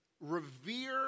revere